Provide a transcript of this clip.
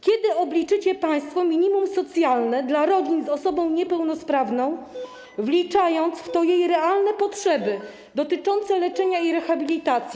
Kiedy obliczycie państwo minimum socjalne dla rodzin z osobą niepełnosprawną, wliczając w to jej realne potrzeby dotyczące leczenia i rehabilitacji?